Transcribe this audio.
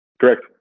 correct